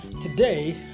today